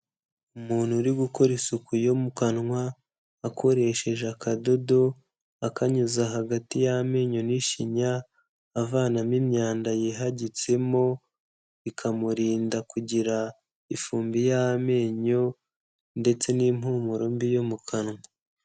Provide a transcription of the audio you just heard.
Umuntu uri gukora isuku yo mu kanwa akoresheje akadodo, akanyuza hagati y'amenyo n'ishinya, avanamo imyanda yihagitsemo bikamurinda kugira ifumbi y'amenyo ndetse n'impumuro mbi yo mu kanwa.